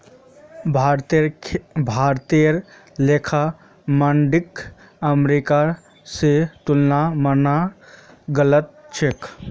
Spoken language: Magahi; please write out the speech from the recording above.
भारतीय लेखा मानदंडक अमेरिका स तुलना करना गलत छेक